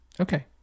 Okay